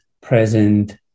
present